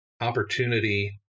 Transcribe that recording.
opportunity